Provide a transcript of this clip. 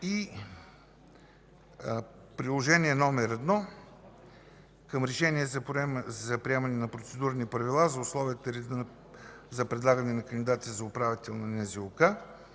Приложение № 1 към Решение за приемане на процедурни правила за условията и реда за предлагане на кандидати за управител на